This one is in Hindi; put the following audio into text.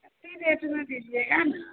एत्ती रेट में दीजिएगा न